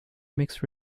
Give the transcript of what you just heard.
mixed